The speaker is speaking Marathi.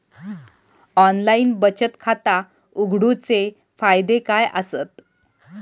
ऑनलाइन बचत खाता उघडूचे फायदे काय आसत?